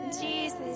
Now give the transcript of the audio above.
Jesus